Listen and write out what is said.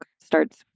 starts